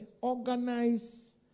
organize